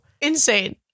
Insane